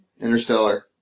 Interstellar